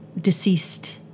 deceased